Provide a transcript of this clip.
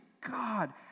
God